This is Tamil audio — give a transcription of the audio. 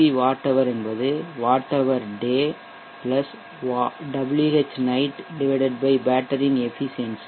வி வாட் ஹவர் என்பது watt hour day Whnight பேட்டரியின் efficiency